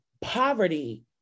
poverty